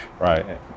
Right